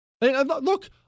Look